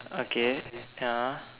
okay ya